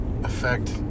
affect